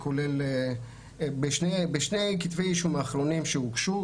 בשני כתבי האישום האחרונים שהוגשו,